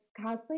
cosplay